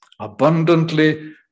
abundantly